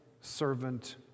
servant